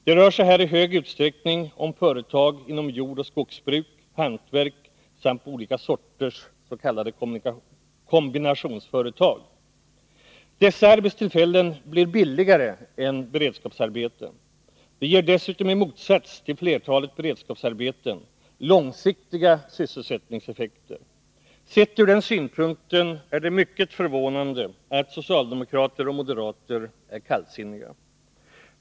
Det rör sig här i stor utsträckning om företag inom jordoch skogsbruk, hantverk samt olika sorters s.k. kombinationsföretag. Dessa arbetstillfällen blir billigare än beredskapsarbeten. De ger dessutom i motsats till flertalet beredskapsarbeten långsiktiga sysselsättningseffekter. Ur den synpunkten är det mycket förvånande att socialdemokrater och moderater är kallsinniga.